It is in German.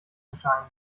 erscheinen